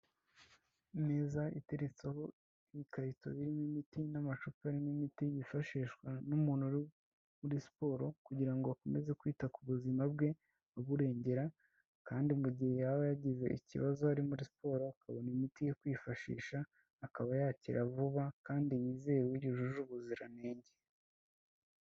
Imeza iteretseho ikarito birimo imiti n'amacupari arimo imiti yifashishwa n'umuntu uri muri siporo kugira ngo akomeze kwita ku buzima bwe aburengera, kandi mu gihe yaba yagize ikibazo ari muri siporo akabona imiti yo kwifashisha akaba yakira vuba kandi yizewe, yujuje ubuzirantenge.